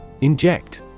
Inject